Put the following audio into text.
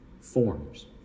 forms